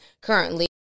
currently